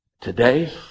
today